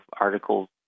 articles